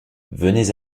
venez